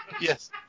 Yes